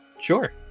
sure